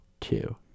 two